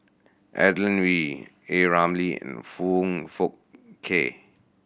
Adeline Ooi A Ramli and Foong Fook Kay